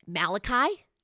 Malachi